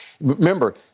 Remember